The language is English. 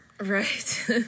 Right